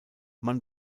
man